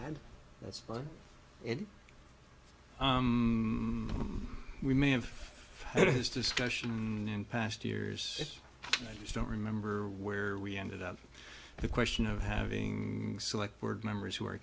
and that's fine and we may have his discussion in past years and i just don't remember where we ended up the question of having select board members who are